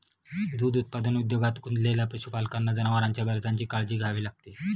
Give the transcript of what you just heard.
दूध उत्पादन उद्योगात गुंतलेल्या पशुपालकांना जनावरांच्या गरजांची काळजी घ्यावी लागते